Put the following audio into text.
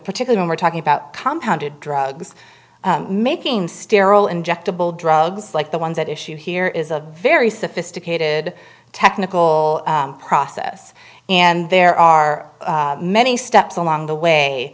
particular when we're talking about compound of drugs making sterile injectable drugs like the ones at issue here is a very sophisticated technical process and there are many steps along the way